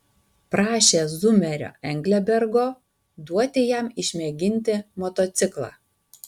prašė zumerio englebergo duoti jam išmėginti motociklą